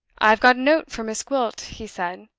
i have got a note for miss gwilt, he said,